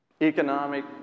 economic